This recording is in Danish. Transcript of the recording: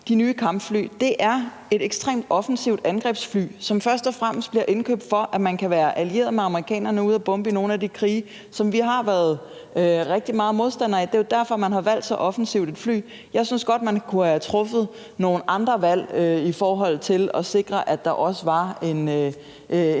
de nye kampfly, er et ekstremt offensivt angrebsfly, som først og fremmest bliver indkøbt, for at man kan være allieret med amerikanerne og bombe ude i nogle af de krige, som vi har været rigtig meget modstander af. Det er jo derfor, at man har valgt så offensivt et fly. Jeg synes godt, at man kunne have truffet nogle andre valg i forhold til at sikre, at der også var en